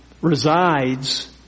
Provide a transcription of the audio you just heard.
resides